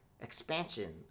expansion